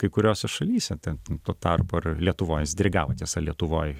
kai kuriose šalyse ten tuo tarpu ar lietuvoj jis dirigavo tiesa lietuvoj